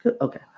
Okay